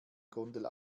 gondel